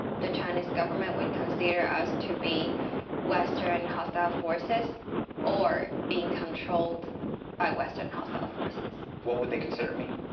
the chinese government would consider us to be western hostile forces or being controlled by western hostile forces. what would they consider me?